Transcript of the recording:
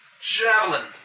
javelin